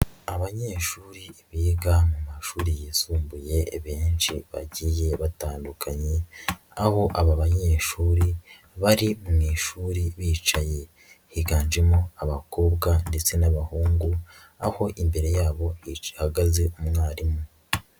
Abanyeshuri biga mu mashuri yisumbuye benshi bagiye batandukanye, aho aba banyeshuri bari mu ishuri bicaye higanjemo abakobwa ndetse n'abahungu, aho imbere yabo hahagaze umwarimu.